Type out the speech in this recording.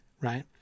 right